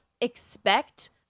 expect